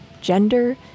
Gender